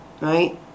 right